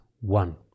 one